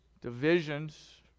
Divisions